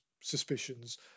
suspicions